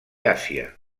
àsia